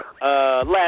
Last